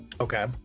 Okay